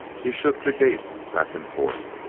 he shook the gate back and forth.